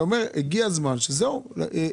הגיע הזמן לגמור עם זה,